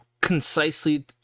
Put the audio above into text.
concisely